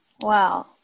Wow